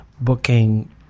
booking